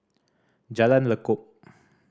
Jalan Lekub